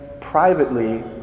privately